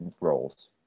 roles